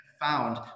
found